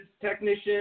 technician